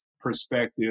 perspective